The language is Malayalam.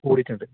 കൂടീട്ടുണ്ട്